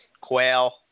quail